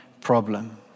problem